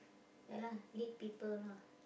ya lah lead people lah